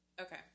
Okay